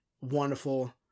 Wonderful